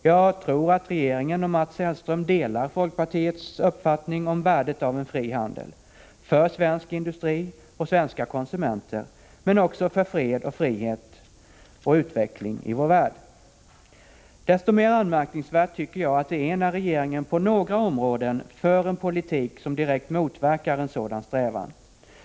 Jag tror att regeringen och Mats Hellström delar folkpartiets uppfattning om värdet av en fri handel — för svensk industri och svenska konsumenter men också för fred, frihet och utveckling i vår värld. Desto mera anmärkningsvärt tycker jag att det är när regeringen på några områden för en politik som direkt motverkar en sådan strävan.